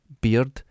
beard